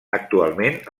actualment